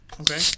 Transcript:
Okay